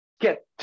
get